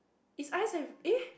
it's ice and eh